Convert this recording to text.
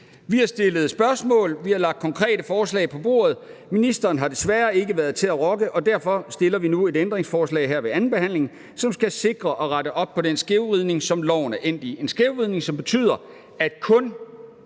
Vi har stillet spørgsmål, og vi har lagt konkrete forslag på bordet. Ministeren har desværre ikke været til at rokke, og derfor stiller vi nu et ændringsforslag her ved andenbehandlingen, som skal sikre at rette op på den skævvridning, som loven er endt i, en skævvridning, som betyder, at kun